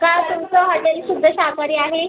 का तुमचं हॉटेल शुद्ध शाकाहारी आहे